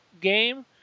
game